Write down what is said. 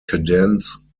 cadence